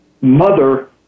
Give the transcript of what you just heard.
mother